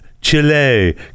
Chile